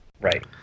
Right